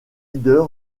leader